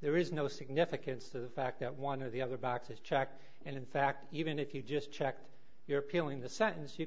there is no significance to the fact that one or the other boxes checked and in fact even if you just checked your peeling the sentence you